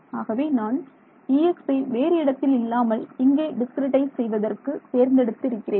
ஆகவே நான் Ex வேறு இடத்தில் இல்லாமல் இங்கே டிஸ்கிரிட்டைஸ் செய்வதற்கு தேர்ந்தெடுத்து இருக்கிறேன்